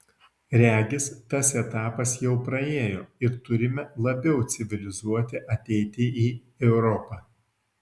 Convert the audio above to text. regis tas etapas jau praėjo ir turime labiau civilizuoti ateiti į europą